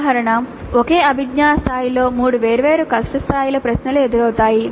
ఉదాహరణ ఒకే అభిజ్ఞా స్థాయిలో మూడు వేర్వేరు కష్టం స్థాయిల ప్రశ్నలు ఎదురవుతాయి